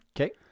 Okay